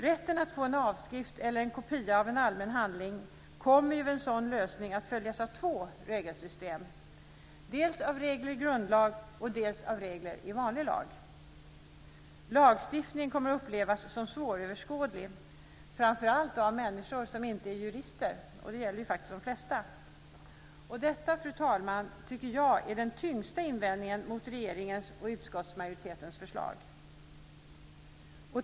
Rätten att få en avskrift eller en kopia av en allmän handling kommer vid en sådan lösning att följas av två regelsystem, dels av regler i grundlag, dels av regler i vanlig lag. Lagstiftningen kommer att upplevas som svåröverskådlig, framför allt av människor som inte är jurister. Det gäller faktiskt de flesta. Detta, fru talman, tycker jag är den tyngsta invändningen mot regeringens och utskottsmajoritetens förslag.